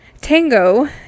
Tango